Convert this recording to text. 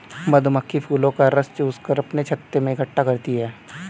मधुमक्खी फूलों का रस चूस कर अपने छत्ते में इकट्ठा करती हैं